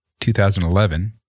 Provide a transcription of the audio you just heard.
2011